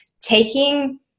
taking